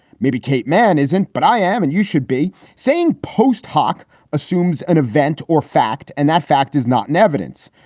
maybe kate man isn't, but i am. and you should be saying post hoc assumes an event or fact. and that fact is not in evidence.